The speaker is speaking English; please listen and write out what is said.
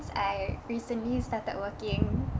I recently started working